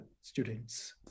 students